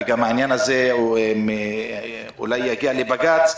והעניין הזה אולי יגיע לבג"ץ,